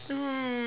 hmm